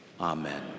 Amen